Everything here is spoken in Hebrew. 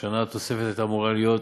השנה התוספת אמורה להיות